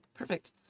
Perfect